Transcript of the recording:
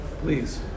please